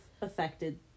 affected